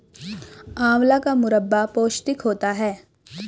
आंवला का मुरब्बा पौष्टिक होता है